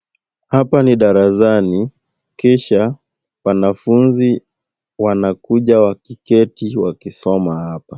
Hapa ni darasani kisha wanafunzi wanakuja wakiketi wakisoma hapa.